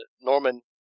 Norman